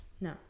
no